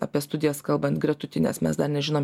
apie studijas kalbant gretutines mes dar nežinom